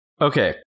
Okay